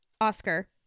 Oscar